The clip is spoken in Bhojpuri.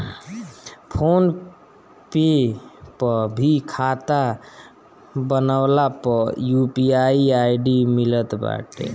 फ़ोन पे पअ भी खाता बनवला पअ यू.पी.आई आई.डी मिलत बाटे